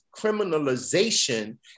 criminalization